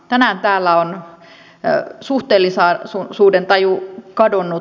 tänään täällä on suhteellisuudentaju kadonnut